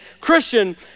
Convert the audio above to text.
Christian